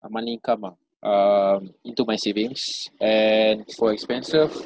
uh monthly income ah um into my savings and for expenses